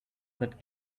but